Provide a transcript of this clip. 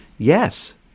yes